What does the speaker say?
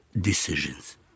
decisions